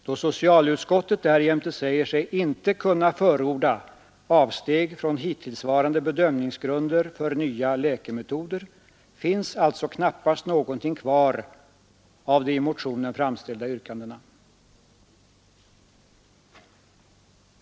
Då socialutskottet därjämte säger sig inte kunna förorda avsteg från hittillsvarande bedömningsgrunder för nya läkemetoder, finns alltså knappast någonting kvar av de i motionen framställda yrkandena.